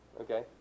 Okay